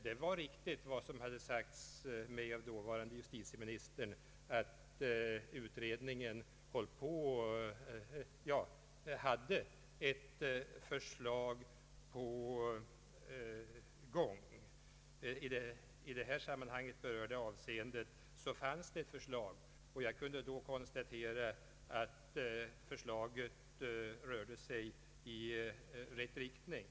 Det var riktigt vad dåvarande justitieministern talade om för mig, nämligen att utredningen hade ett förslag på gång. I berörda avseenden i detta sammanhang fanns det ett förslag. Jag kunde konstatera att det gick i rätt riktning.